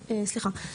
סליחה,